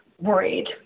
worried